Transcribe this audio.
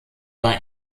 war